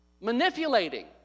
manipulating